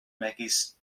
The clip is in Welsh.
megis